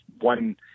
one